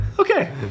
Okay